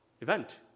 event